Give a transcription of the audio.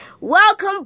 Welcome